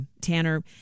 Tanner